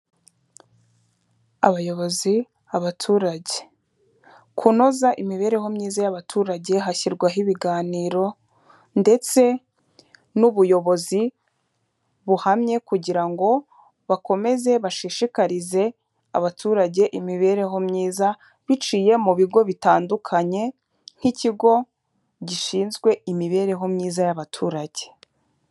Abayobozi abaturage, kunoza imibereho myiza y'abaturage hashyirwaho ibiganiro ndetse n'ubuyobozi buhamye kugira ngo bakomeze bashishikarize abaturage imibereho myiza biciye mu bigo bitandukanye nk'ikigo gishinzwe imibereho myiza y'abaturage.